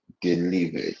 delivered